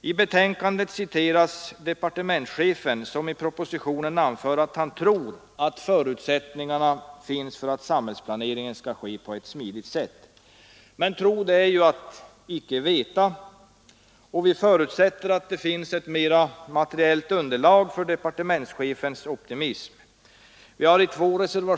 I betänkandet citeras departementschefen, som i propositionen anför att han tror att förutsättningar finns för att samhällsplaneringen skall ske på ett smidigt sätt. Men att tro, det är ju att inte veta. Vi förutsätter att det finns ett mera materiellt underlag för departementschefens optimism.